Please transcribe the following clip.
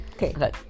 Okay